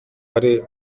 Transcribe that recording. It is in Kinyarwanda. ari